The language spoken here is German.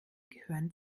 gehören